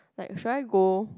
like should I go